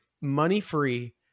money-free